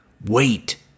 Wait